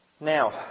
Now